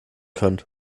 können